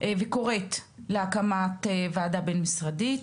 וקוראת להקמת ועדה בין-משרדית,